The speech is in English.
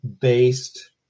based